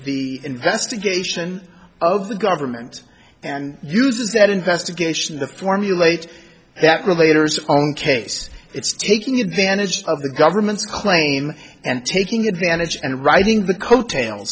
the investigation of the government and uses that investigation the formulate that relator is own case it's taking advantage of the government's claim and taking advantage and riding the coattails